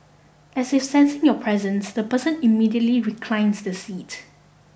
as if sensing your presence the person immediately reclines the seat